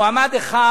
מועמד אחד